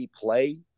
play